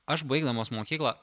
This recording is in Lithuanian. aš baigdamas mokyklą